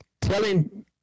telling